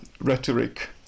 rhetoric